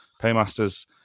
paymasters